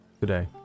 today